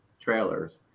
trailers